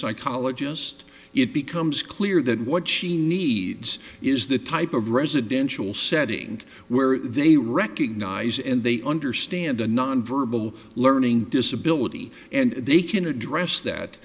psychologist it becomes clear that what she needs is the type of residential setting where they recognise and they understand a non verbal learning disability and they can address